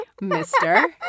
mister